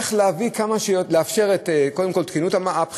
איך לאפשר קודם כול את תקינות הבחירות,